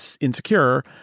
Insecure